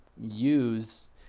use